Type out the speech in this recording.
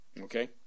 Okay